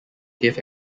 gave